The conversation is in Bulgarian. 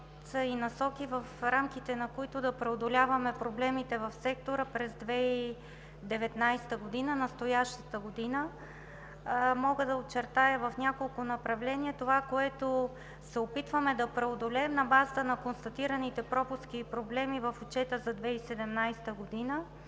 и насоки, в рамките на които да преодоляваме проблемите в сектора през настоящата 2019 г. Мога да очертая в няколко направления това, което се опитваме да преодолеем на базата на констатираните пропуски и проблеми в Отчета за 2017 г., а